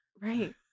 Right